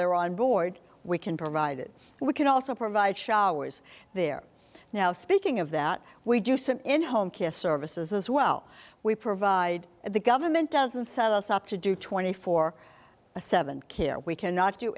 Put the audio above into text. they're on board we can provide it we can also provide showers there now speaking of that we do so in home kids services as well we provide the government doesn't set us up to do twenty four seven kids we cannot do